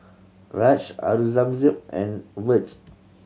Raj Aurangzeb and Vedre